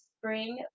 spring